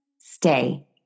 Stay